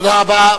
תודה רבה.